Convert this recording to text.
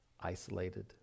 isolated